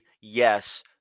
yes